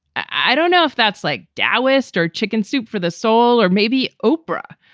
i don't know if that's like daoist or chicken soup for the soul or maybe oprah,